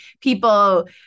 people